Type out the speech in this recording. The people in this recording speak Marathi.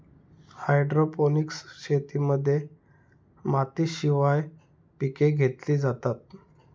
हायड्रोपोनिक्स शेतीमध्ये मातीशिवाय पिके घेतली जातात